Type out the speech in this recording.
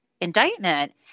indictment